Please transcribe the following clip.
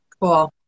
Cool